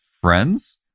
friends